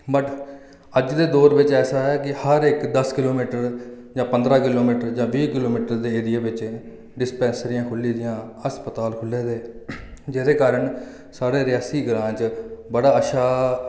but अज्ज दा दौर बिच ऐसा ऐ कि हर इक दस्स किलोमीटर उप्पर जां पंदरां किलोमीटर जां बीह् किलोमीटर दे एरिये बिच डिस्पैंसरियां खुल्ली दियां अस्पताल खु'ल्ले दे जेह्दे कारण साढ़े रियासी ग्रांऽ च बड़ा अच्छा